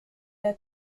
der